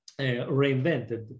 reinvented